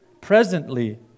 presently